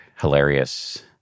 hilarious